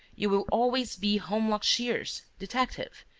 you will always be, holmlock shears, detective,